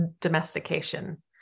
domestication